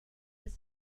this